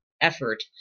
effort